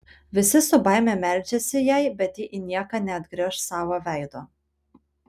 visi su baime meldžiasi jai bet ji į nieką neatgręš savo veido